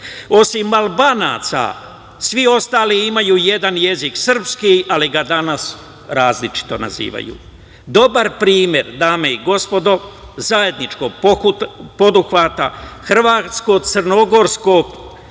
Osim Albanaca, svi ostali imaju jedan jezik, srpski, ali ga danas različito nazivaju. Dobar primer, dame i gospodo, zajedničkog poduhvata hrvatsko–crnogorskog